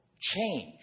change